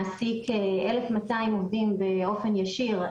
מעסיק 1,200 עובדים באופן ישיר,